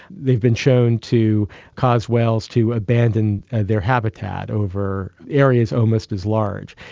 they've been shown to cause whales to abandon their habitat over areas almost as large.